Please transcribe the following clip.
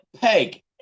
peg